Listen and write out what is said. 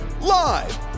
live